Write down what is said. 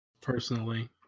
Personally